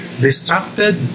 distracted